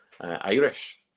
Irish